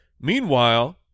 meanwhile